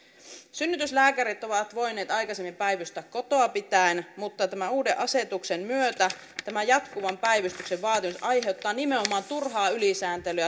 synnytyslääkärit ovat voineet aikaisemmin päivystää kotoa pitäen mutta tämän uuden asetuksen myötä tämä jatkuvan päivystyksen vaatimus aiheuttaa nimenomaan turhaa ylisääntelyä